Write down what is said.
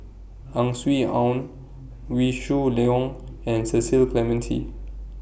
Ang Swee Aun Wee Shoo Leong and Cecil Clementi